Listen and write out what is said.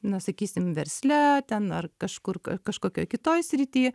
na sakysim versle ten ar kažkur kažkokioj kitoj srity